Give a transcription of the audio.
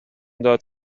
داد